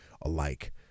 alike